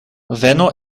venu